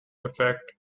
effect